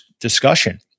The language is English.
discussion